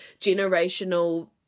generational